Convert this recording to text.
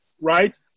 right